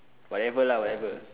whatever lah whatever